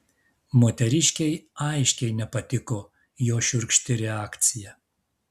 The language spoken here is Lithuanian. moteriškei aiškiai nepatiko jo šiurkšti reakcija